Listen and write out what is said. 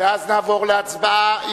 ואז נעבור להצבעה,